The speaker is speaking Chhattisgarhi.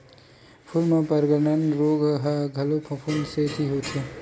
फूल म पर्नगलन रोग ह घलो फफूंद के सेती होथे